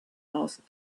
asked